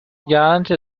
guarantee